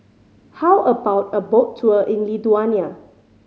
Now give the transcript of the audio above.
how about a boat tour in Lithuania